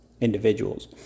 individuals